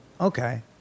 Okay